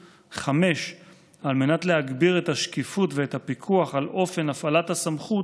5. על מנת להגביר את השקיפות ואת הפיקוח על אופן הפעלת הסמכות,